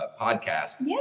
podcast